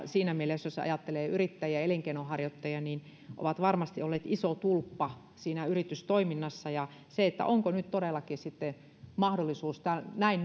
jos ajattelee yrittäjiä ja elinkeinonharjoittajia niin käsittelyajat ovat varmasti olleet iso tulppa siinä yritystoiminnassa onko nyt todellakin sitten mahdollisuus näin